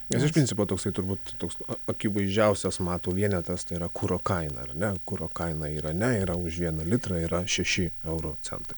nes iš principo toksai turbūt toks akivaizdžiausias mato vienetas tai yra kuro kaina ar ne kuro kaina irane yra už vieną litrą yra šeši euro centai